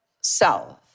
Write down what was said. self